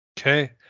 Okay